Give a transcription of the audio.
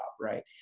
right